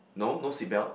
no no seat belt